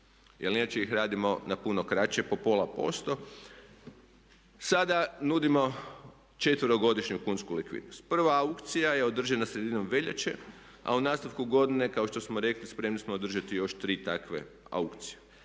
jer inače ih radimo na puno kraće po pola posto. Sada nudimo četverogodišnju kunsku likvidnost. Prva aukcija je održana sredinom veljače, a u nastavku godine kao što smo rekli spremni smo održati još tri takve aukcije.